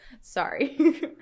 Sorry